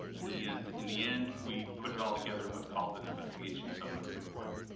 and in the end, we put it all together in what's called an investigation summary report.